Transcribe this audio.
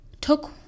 took